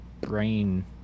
brain